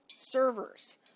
Servers